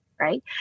right